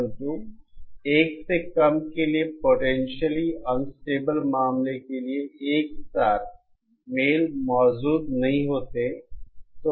1 से कम K के लिए पोटेंशियली अनस्टेबल मामले के लिए एक साथ मेल मौजूद नहीं होते है